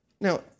Now